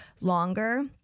longer